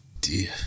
dear